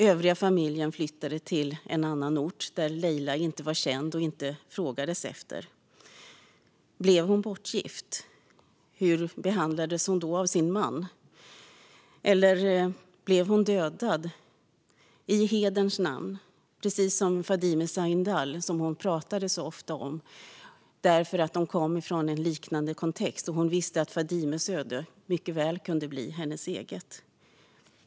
Övriga familjen flyttade till en annan ort där Leila inte var känd och inte frågades efter. Blev hon bortgift? Hur behandlades hon i så fall av sin man? Eller blev hon dödad i hederns namn, precis som Fadime Sahindal som hon så ofta pratade om? Hon levde i en liknande kulturell kontext och visste att Fadimes öde mycket väl kunde bli hennes eget.